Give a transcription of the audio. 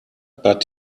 but